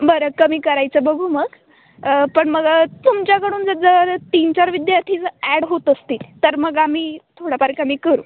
बरं कमी करायचं बघू मग पण मग तुमच्याकडून जर जर तीनचार विद्यार्थी जर ॲड होत असतील तर मग आम्ही थोडंफार कमी करू